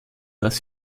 dass